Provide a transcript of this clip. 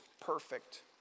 perfect